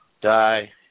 die